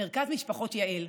במרכז משפחות יה"ל,